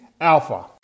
Alpha